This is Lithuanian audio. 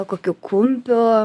kokio kumpio